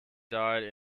died